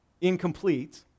incomplete